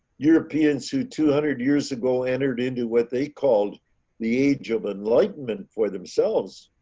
europeans who two hundred years ago entered into what they called the age of enlightenment for themselves,